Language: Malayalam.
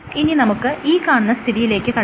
ഇനി നമുക്ക് ഈ കാണുന്ന സ്ഥിതിയിലേക്ക് കടക്കാം